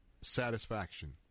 satisfaction